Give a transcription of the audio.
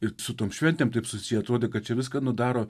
ir su tom šventėm taip susiję atrodė kad čia viską nu daro